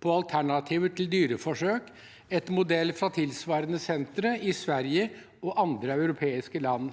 på alternativer til dyreforsøk etter modell fra tilsvarende sentre i Sverige og andre europeiske land.